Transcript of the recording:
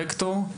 רקטור.